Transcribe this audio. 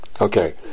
Okay